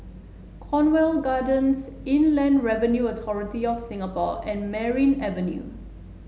Cornwall Gardens Inland Revenue Authority of Singapore and Merryn Avenue